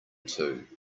two